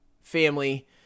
family